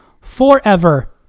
forever